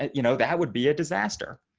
you know, that would be a disaster.